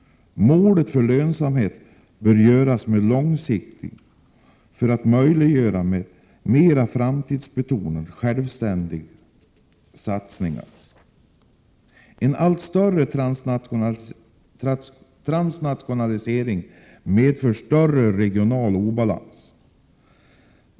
Målet för lönsamheten bör göras mera långsiktigt för att möjliggöra mera framtidsbetonade och självständiga satsningar. En allt större transnationalisering medför större regional obalans.